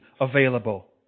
available